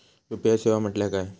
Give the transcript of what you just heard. UPI सेवा म्हटल्या काय?